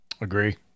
Agree